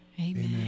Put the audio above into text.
Amen